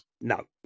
no